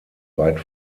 weit